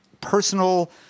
personal